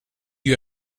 you